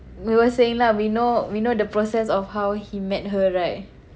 we were saying lah we know we know the process of how he met her right